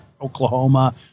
Oklahoma